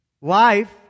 Life